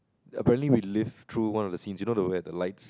apparently we live through one of the scenes you know the where the lights